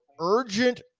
urgent